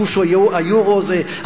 גוש היורו הזה,